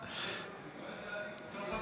בזכות